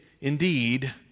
indeed